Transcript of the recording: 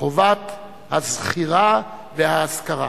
חובת הזכירה וההזכרה.